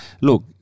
look